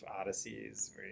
Odyssey's